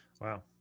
wow